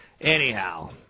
anyhow